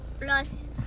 Plus